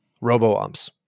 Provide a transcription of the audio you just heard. Robo-umps